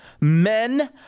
men